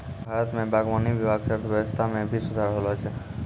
भारत मे बागवानी विभाग से अर्थव्यबस्था मे भी सुधार होलो छै